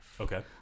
Okay